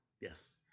Yes